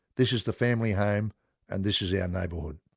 this is the family home and this is our neighbourhood